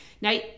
Now